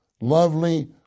lovely